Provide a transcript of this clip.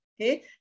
Okay